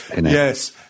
Yes